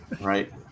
right